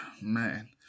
man